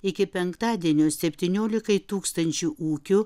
iki penktadienio septyniolikai tūkstančių ūkių